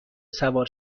سوار